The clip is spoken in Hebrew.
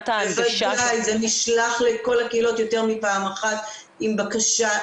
זה נשלח לכל הקהילות יותר מפעם אחת עם בקשה,